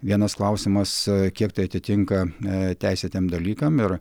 vienas klausimas kiek tai atitinka a teisėtiem dalykam ir